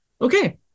Okay